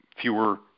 fewer